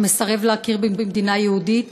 אך מסרב להכיר במדינה יהודית,